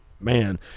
man